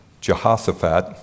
Jehoshaphat